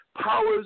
powers